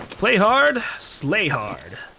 play hard, slay hard.